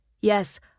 Yes